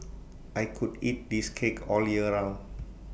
I could eat this cake all year round